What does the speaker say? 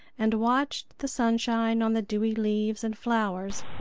and watched the sunshine on the dewy leaves and flowers,